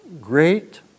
Great